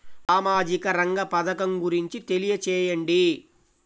సామాజిక రంగ పథకం గురించి తెలియచేయండి?